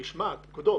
משמעת, פקודות.